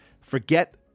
Forget